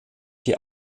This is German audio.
die